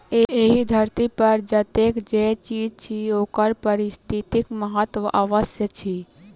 एहि धरती पर जतेक जे चीज अछि ओकर पारिस्थितिक महत्व अवश्य अछि